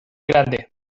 grande